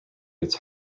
its